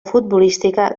futbolística